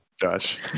Josh